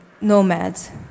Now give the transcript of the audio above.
nomads